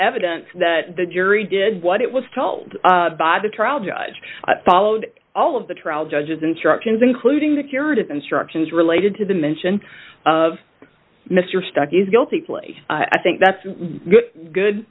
evidence that the jury did what it was told by the trial judge followed all of the trial judge's instructions including the curative instructions related to the mention of mr stuckey's guilty plea i think that's good